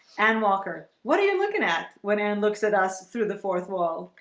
and walker, what are you looking at? when an looks at us through the fourth wall.